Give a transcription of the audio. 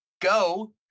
Go